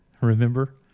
remember